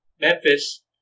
Memphis